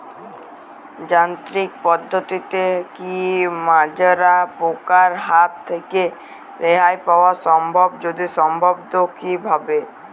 যান্ত্রিক পদ্ধতিতে কী মাজরা পোকার হাত থেকে রেহাই পাওয়া সম্ভব যদি সম্ভব তো কী ভাবে?